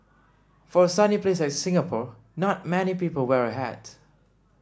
for a sunny place like Singapore not many people wear a hat